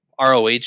ROH